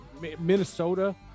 Minnesota